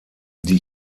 die